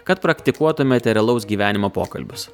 kad praktikuotumėte realaus gyvenimo pokalbius